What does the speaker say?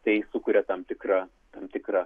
tai sukuria tam tikrą tam tikrą